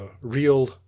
real